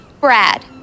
Brad